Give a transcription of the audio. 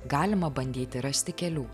galima bandyti rasti kelių